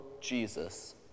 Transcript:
Jesus